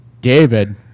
David